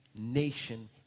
nation